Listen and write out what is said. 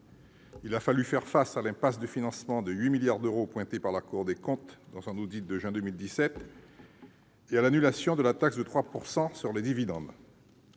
Il a fallu faire face à l'impasse de financement de 8 milliards d'euros pointée par la Cour des comptes dans son audit de juin 2017 et à l'annulation de la taxe de 3 % sur les dividendes.